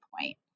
point